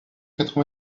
quatre